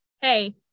hey